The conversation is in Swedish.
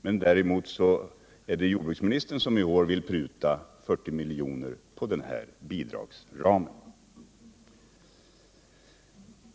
Men däremot är det jordbruksministern som i år vill pruta 40 milj.kr. på den här bidragsramen.